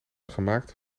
gemaakt